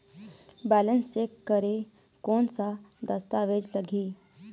Balance check करें कोन सा दस्तावेज लगी?